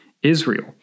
Israel